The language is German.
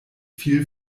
viel